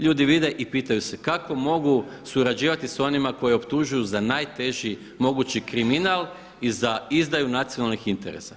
Ljudi vide i pitaju se kako mogu surađivati sa onima koje optužuju za najteži mogući kriminal i za izdaju nacionalnih interesa.